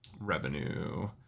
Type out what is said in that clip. revenue